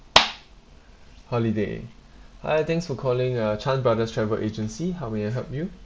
holiday hi thanks for calling uh chan brothers travel agency how may I help you